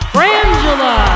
Frangela